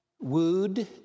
wooed